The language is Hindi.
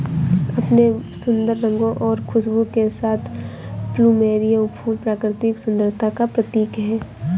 अपने सुंदर रंगों और खुशबू के साथ प्लूमेरिअ फूल प्राकृतिक सुंदरता का प्रतीक है